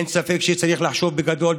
אין ספק שצריך לחשוב בגדול,